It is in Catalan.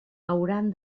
hauran